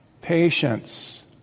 Patience